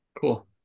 cool